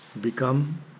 become